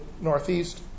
Northeast